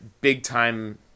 big-time –